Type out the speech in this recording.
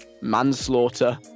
manslaughter